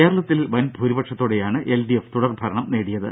കേരളത്തിൽ വൻ ഭൂരിപക്ഷത്തോടെയാണ് എൽഡിഎഫ് തുടർഭരണം നേടിയത്